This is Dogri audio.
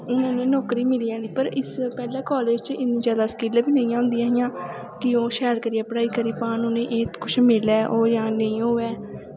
हून उ'नेंगी नौकरी मिली जानी पर इस पैह्लें कालेज़ च इन्नी जादा स्किल बी नेईं होंदियां हां कि ओह् शैल करियै पढ़ाई करी पान उ'नें एह् कुछ मिलै ओह् जां नेईं होऐ